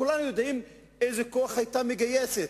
כולנו יודעים איזה כוח היו מגייסים,